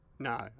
No